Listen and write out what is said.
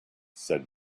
said